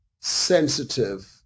sensitive